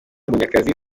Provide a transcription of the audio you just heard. munyakazi